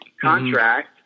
contract